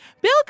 Bill